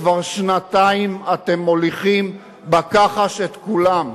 כבר שנתיים אתם מוליכים בכחש את כולם.